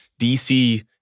DC